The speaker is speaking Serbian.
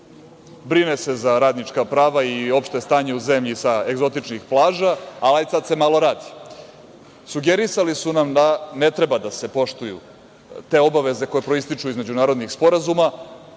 brinu se za radnička prava i opšte stanje u zemlji sa egzotičnih plaža, ali ajde sada da se malo radi. Sugerisali su nam da ne treba da se poštuju te obaveze koje proističu iz međunarodnih sporazuma,